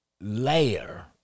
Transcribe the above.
layer